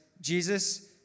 Jesus